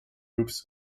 groups